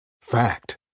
Fact